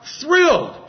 thrilled